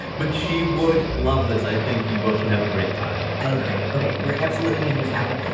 but she would love this. i think you both would have a great time. i agree. ok. we're absolutely making this happen.